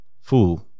Fool